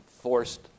forced